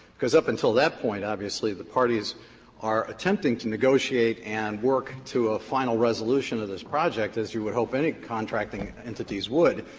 because up until that point, obviously, the parties are attempting to negotiate and work to a final resolution of this project, as you would hope any contracting entities would,